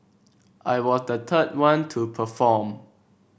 I was the third one to perform